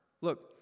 look